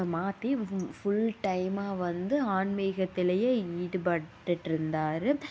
மாற்றி ஃபுல் டைமாக வந்து ஆன்மீகத்திலேயே ஈடுபட்டுட்டு இருந்தார்